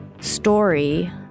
Story